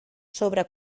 sobre